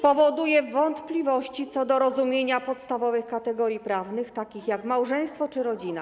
powoduje wątpliwości co do rozumienia podstawowych kategorii prawnych, takich jak małżeństwo czy rodzina.